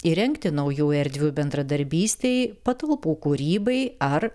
įrengti naujų erdvių bendradarbystei patalpų kūrybai ar